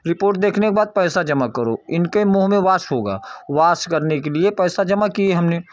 report देखने के बाद पैसा जमा करो इनके मुंह में वास होगा वास करने के लिए पैसा जमा किए हमने